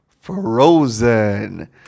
Frozen